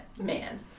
Man